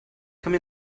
come